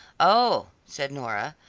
oh, said nora,